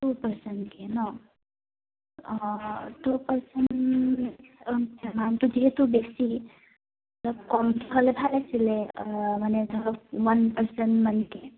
two পাৰ্চেন্টকে ন অঁ টু পাৰ্চেন্টটো যিহেতু বেছি অলপ কমি হ'লে ভাল আছিলে মানে ধৰক ওৱান পাৰ্চেন্ট মানকে